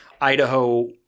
Idaho